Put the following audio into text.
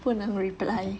不能 reply